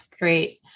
Great